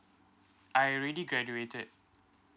I already graduated